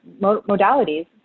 modalities